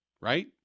Right